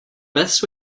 best